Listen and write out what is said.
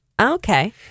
Okay